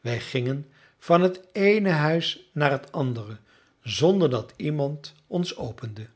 wij gingen van het eene huis naar het andere zonder dat iemand ons opende